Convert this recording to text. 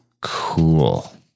Cool